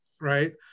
right